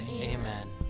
Amen